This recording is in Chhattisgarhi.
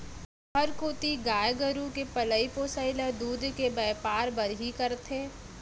सहर कोती गाय गरू के पलई पोसई ल दूद के बैपार बर ही करथे